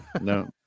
No